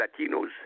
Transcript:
Latinos